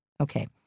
Okay